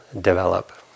develop